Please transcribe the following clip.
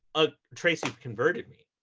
ah tracy's converted me.